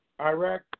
Iraq